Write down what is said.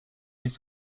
les